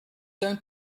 don’t